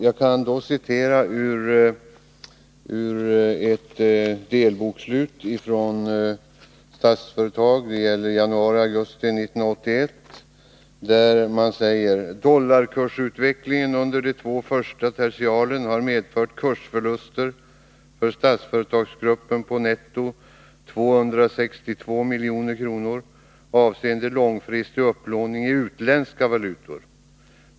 Jag kan då citera ur ett delbokslut från Statsföretag avseende perioden januari-augusti 1981. Där sägs: ”Dollarkursutvecklingen under de två första tertialen har medfört kursförluster för Statsföretagsgruppen på netto 262 Mkr avseende långfristig upplåning i utländska valutor.